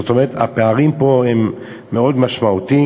זאת אומרת, הפערים פה הם מאוד משמעותיים.